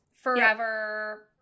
forever